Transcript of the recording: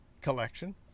collection